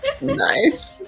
nice